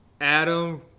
Adam